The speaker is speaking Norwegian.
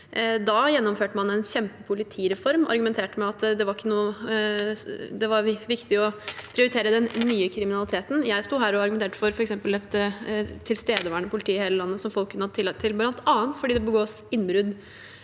Da gjennomførte man en kjempestor politireform og argumenterte med at det var viktig å prioritere den nye kriminaliteten. Jeg sto her og argumenterte f.eks. for et tilstedeværende politi i hele landet som folk kan ha tillit til, bl.a. fordi det begås innbrudd